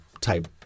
type